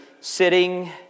sitting